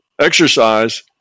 Exercise